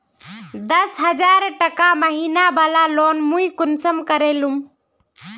दस हजार टका महीना बला लोन मुई कुंसम करे लूम?